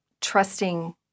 trusting